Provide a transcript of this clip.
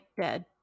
dead